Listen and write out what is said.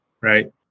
right